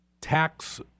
tax